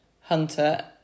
Hunter